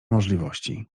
możliwości